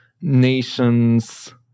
nation's